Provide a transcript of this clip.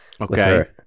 Okay